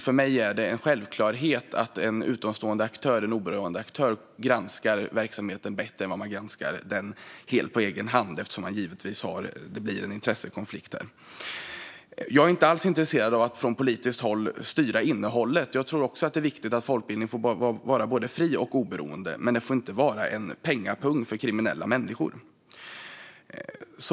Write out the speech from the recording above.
För mig är det en självklarhet att en utomstående, oberoende aktör granskar verksamheten bättre än vad man gör på egen hand eftersom det givetvis blir en intressekonflikt där. Jag är inte alls intresserad av att från politiskt håll styra innehållet. Jag tror också att det är viktigt att folkbildningen får vara både fri och oberoende, men den får inte vara en pengapung för kriminella människor.